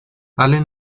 allen